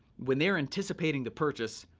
when they're anticipating the purchase,